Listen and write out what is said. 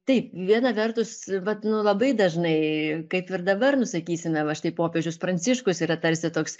taip viena vertus vat nu labai dažnai kaip ir dabar nu sakysime va štai popiežius pranciškus yra tarsi toks